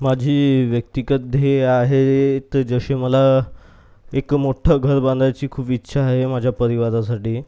माझी व्यक्तिगत ध्येय आहे तर जशी मला एक मोठं घर बांधायची खूप इच्छा आहे माझ्या परिवारासाठी